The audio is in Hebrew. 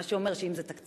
מה שאומר, שאם זה תקציבי,